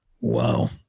Wow